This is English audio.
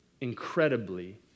incredibly